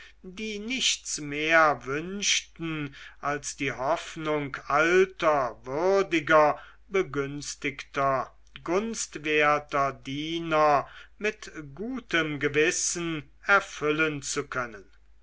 die nichts mehr wünschten als die hoffnung alter würdiger begünstigter gunstwerter diener mit gutem gewissen erfüllen zu können